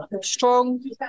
strong